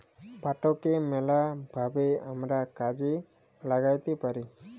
পাটকে ম্যালা ভাবে আমরা কাজে ল্যাগ্যাইতে পারি